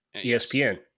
ESPN